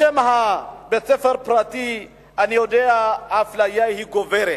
בשם בית-ספר פרטי, אני יודע, האפליה גוברת.